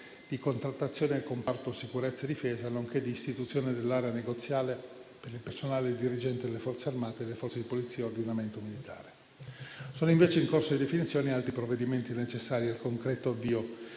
di contrattazione nel comparto sicurezza e difesa, nonché di istituzione dell'area negoziale per il personale dirigente delle Forze armate e delle Forze di polizia a ordinamento militare. Sono invece in corso di definizione altri provvedimenti necessari al concreto avvio